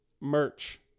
merch